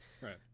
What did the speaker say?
Right